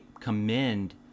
Commend